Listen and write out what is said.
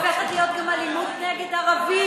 האלימות נגד יהודים הופכת להיות גם אלימות נגד ערבים,